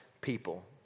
People